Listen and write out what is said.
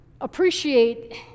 appreciate